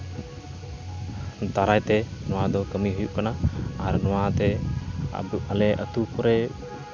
ᱫᱟᱨᱟᱭ ᱛᱮ ᱱᱚᱣᱟᱫᱚ ᱠᱟᱹᱢᱤ ᱦᱩᱭᱩᱜ ᱠᱟᱱᱟ ᱟᱨ ᱱᱚᱣᱟᱛᱮ ᱟᱞᱮ ᱟᱛᱳ ᱠᱚᱨᱮ